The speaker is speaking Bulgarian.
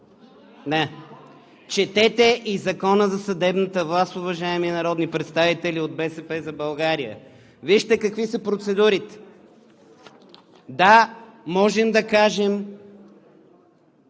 е! Четете и Закона за съдебната власт, уважаеми народни представители от „БСП за България“. Вижте какви са процедурите. Да, можем да кажем,